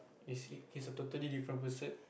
is he he is a totally different person